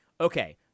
okay